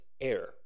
air